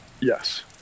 yes